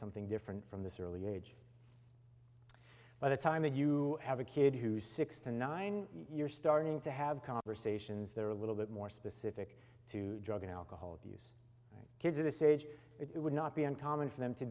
something different from the surly age by the time that you have a kid who's six to nine you're starting to have conversations that are a little bit more specific to drug and alcohol abuse kids or the sage it would not be uncommon for them to